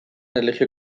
erlijio